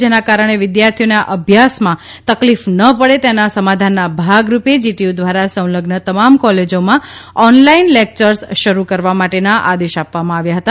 જેના કારણે વિદ્યાર્થીઓના અભ્યાસમાં તકલીફ ન પડે તેના સમાધાનના ભાગરૂપે જીટીયુ દ્વારા સંલઝન તમામ કોલેજોમાં ઓનલાઈન લેક્યર્સ શરૂ કરવા માટેના આદેશ આપવામાં આવ્યા હતા